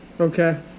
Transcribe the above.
Okay